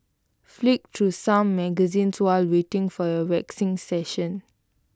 flick through some magazines while waiting for your waxing session